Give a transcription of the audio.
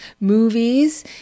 movies